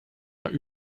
einer